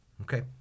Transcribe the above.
Okay